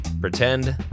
pretend